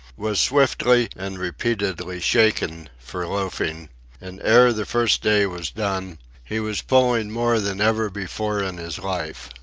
was swiftly and repeatedly shaken for loafing and ere the first day was done he was pulling more than ever before in his life.